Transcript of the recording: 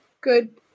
good